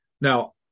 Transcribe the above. now